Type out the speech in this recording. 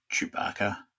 Chewbacca